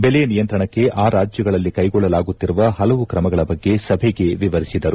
ಬೆಲೆ ನಿಯಂತ್ರಣಕ್ಕೆ ಆ ರಾಜ್ಯಗಳಲ್ಲಿ ಕೈಗೊಳ್ಳಲಾಗುತ್ತಿರುವ ಹಲವು ಕ್ರಮಗಳ ಬಗ್ಗೆ ಸಭೆಗೆ ವಿವರಿಸಿದರು